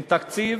עם תקציב